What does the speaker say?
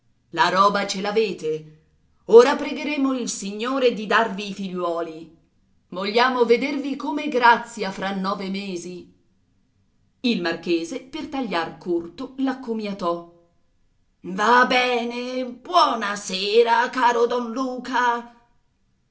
la roba ce l'avete ora pregheremo il signore di darvi i figliuoli vogliamo vedervi come grazia fra nove mesi il marchese per tagliar corto l'accomiatò va bene buona sera caro don luca